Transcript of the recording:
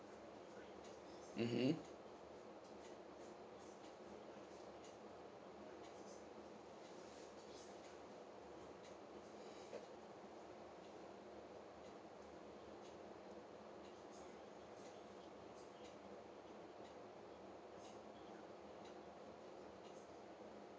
mmhmm